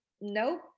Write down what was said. Nope